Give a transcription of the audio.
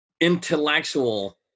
Intellectual